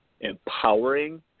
empowering